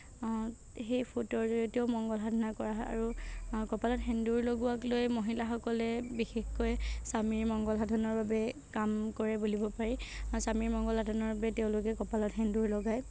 সেই ফোঁটৰ জৰিয়তেও মংগলসাধনা কৰা হয় আৰু কপালত সেন্দুৰ লগোৱাক লৈ মহিলাসকলে বিশেষকৈ স্বামীৰ মংগলসাধনৰ বাবে কাম কৰে বুলিব পাৰি আৰু স্বামীৰ মংগলসাধনৰ বাবে তেওঁলোকে কপালত সেন্দুৰ লগায়